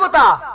but da